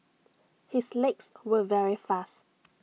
his legs were very fast